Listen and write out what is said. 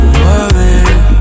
worry